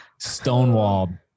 stonewalled